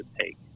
take